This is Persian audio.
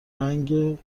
رنگ